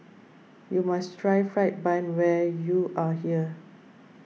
you must try Fried Bun when you are here